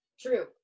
true